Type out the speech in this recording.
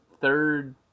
third